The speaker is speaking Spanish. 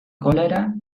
cólera